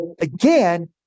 again